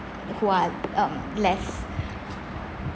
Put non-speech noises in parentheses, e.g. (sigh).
who are (noise) um less